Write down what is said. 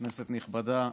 כנסת נכבדה,